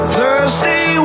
Thursday